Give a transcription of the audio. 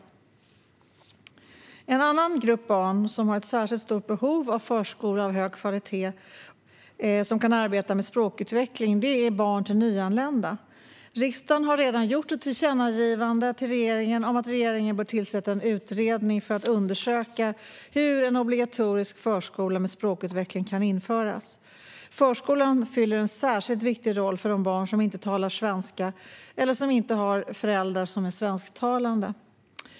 Barn till nyanlända är en annan grupp som har särskilt stort behov av en förskola av hög kvalitet som kan arbeta med språkutveckling. Riksdagen har redan gjort ett tillkännagivande till regeringen om att regeringen bör tillsätta en utredning för att undersöka hur en obligatorisk förskola med språkutveckling kan införas. Förskolan fyller en särskilt viktigt roll för de barn som inte talar svenska eller som har föräldrar som inte är svensktalande.